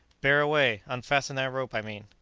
bear away! unfasten that rope, i mean.